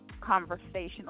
conversational